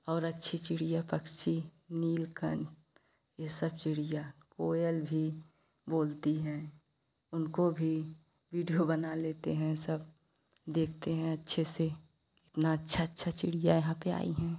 और अच्छी चिड़िया पक्षी नीलकंठ ये सब चिड़िया कोयल भी बोलती है उनको भी वीडियो बना लेते हैं सब देखते हैं अच्छे से इतना अच्छा अच्छा चिड़िया यहाँ पे आई हैं